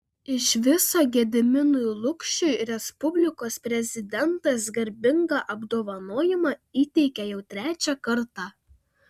iš viso gediminui lukšiui respublikos prezidentas garbingą apdovanojimą įteikė jau trečią kartą